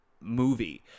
movie